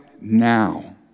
now